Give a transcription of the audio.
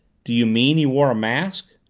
do you mean he wore a mask?